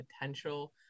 potential